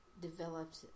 developed